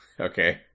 okay